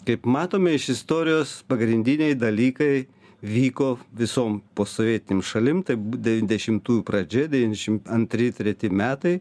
kaip matom iš istorijos pagrindiniai dalykai vyko visom posovietinėm šalim devyndešimtųjų pradžia devyndešim antri treti metai